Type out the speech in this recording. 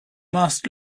must